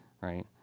right